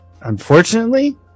Unfortunately